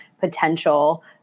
potential